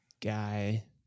guy